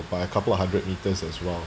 by a couple of hundred meters as well